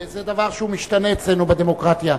זה דבר שמשתנה אצלנו, בדמוקרטיה.